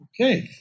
Okay